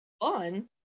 Fun